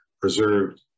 preserved